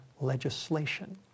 legislation